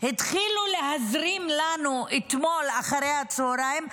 התחילו להזרים לנו אתמול אחר הצוהריים.